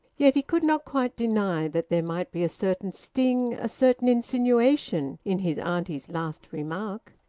yet he could not quite deny that there might be a certain sting, a certain insinuation, in his auntie's last remark.